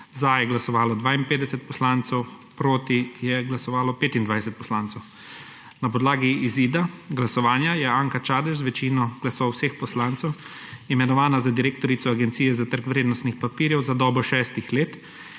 Za je glasovalo 52 poslancev, proti je glasovalo 25 poslancev. Na podlagi izida glasovanja je Anka Čadež z večino glasov vseh poslancev imenovana za direktorico Agencije za trg vrednostnih papirjev za dobo šestih let,